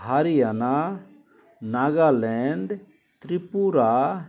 Haryana Nagaland Tripura